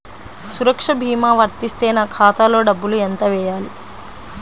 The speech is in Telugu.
సురక్ష భీమా వర్తిస్తే నా ఖాతాలో డబ్బులు ఎంత వేయాలి?